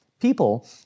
people